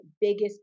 biggest